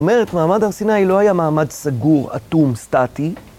‫זאת אומרת, מעמד הר סיני ‫לא היה מעמד סגור, אטום, סטטי.